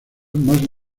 más